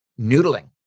noodling